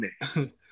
next